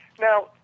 Now